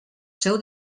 seu